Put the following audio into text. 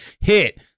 hit